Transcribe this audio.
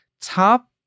top